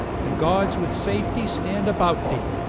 the gods with safety stand about thee!